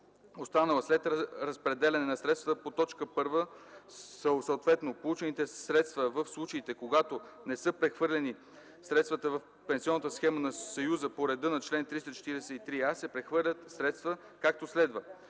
останала след разпределяне на средствата по т. 1, съответно – получените средства в случаите, когато не са прехвърлени средства в пенсионната схема на Съюза по реда на чл. 343а, се прехвърлят средства, както следва: